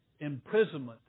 imprisonment